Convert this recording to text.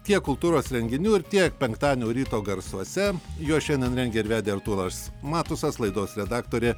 tiek kultūros renginių ir tiek penktadienio ryto garsuose juos šiandien rengė ir vedė artūras matusas laidos redaktorė